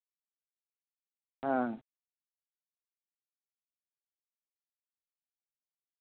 ᱦᱮᱸ